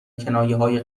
کنایههای